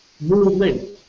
movement